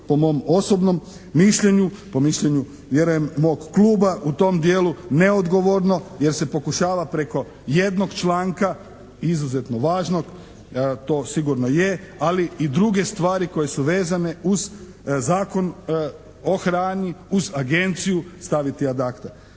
po mom osobnom mišljenju, po mišljenju vjerujem mog Kluba, u tom dijelu neodgovorno jer se pokušava preko jednog članka izuzetno važno, to sigurno je, ali i druge stvari koje su vezane uz Zakon o hrani, uz Agenciju staviti ad acta.